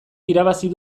irabaziko